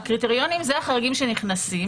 הקריטריונים הם אלה החריגים שנכנסים.